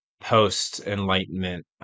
post-Enlightenment